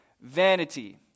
Vanity